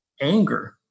anger